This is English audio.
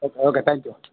okay okay thank you